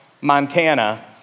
Montana